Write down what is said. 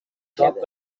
grade